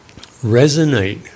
resonate